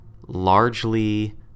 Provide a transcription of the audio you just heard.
largely